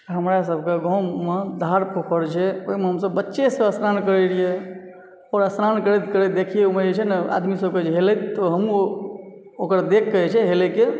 हमरा सभक गाँवमे धार पोखरि छै ओहिमे हमसभ बच्चेसँ स्नान करय रहिए आओर स्नान करैत करैत देखिए ओहिमे आदमी सभके हेलति तऽ हमहुँ ओकर देखके जे छै हेलयके